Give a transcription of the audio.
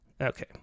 Okay